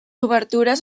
obertures